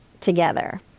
together